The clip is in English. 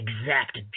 exact